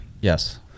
Yes